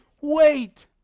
wait